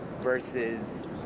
versus